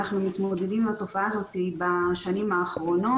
אנחנו מתמודדים עם התופעה הזאת בשנים הקודמות.